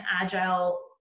agile